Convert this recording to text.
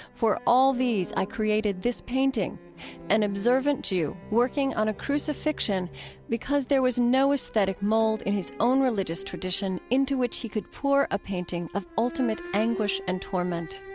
for all these i created this painting an observant jew working on a crucifixion because there was no aesthetic mold in his own religious tradition into which he could pour a painting of ultimate anguish and torment.